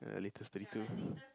ya latest thirty two